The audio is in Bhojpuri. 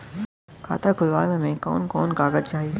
खाता खोलवावे में कवन कवन कागज चाही?